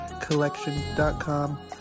collection.com